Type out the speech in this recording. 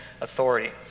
authority